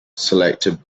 selected